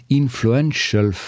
influential